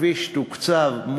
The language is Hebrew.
הכביש תוקצב,